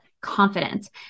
confidence